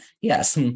Yes